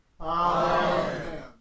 Amen